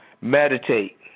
Meditate